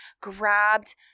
grabbed